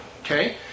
okay